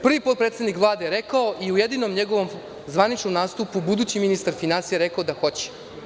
Prvi potpredsednik Vlade je rekao i u jedinom njegovom zvaničnom nastupu budući ministar finansija je rekao da hoće.